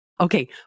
Okay